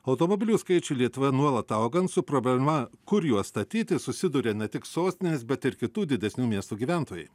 automobilių skaičiui lietuvoje nuolat augant su problema kur juos statyti susiduria ne tik sostinės bet ir kitų didesnių miestų gyventojai